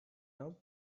love